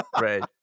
Right